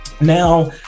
Now